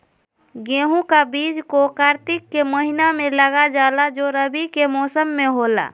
गेहूं का बीज को कार्तिक के महीना में लगा जाला जो रवि के मौसम में होला